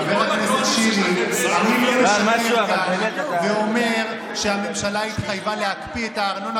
חבר הכנסת שירי עומד כאן ואומר שהממשלה התחייבה להקפיא את הארנונה,